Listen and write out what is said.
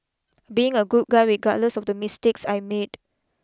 being a good guy regardless of the mistakes I made